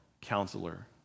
counselor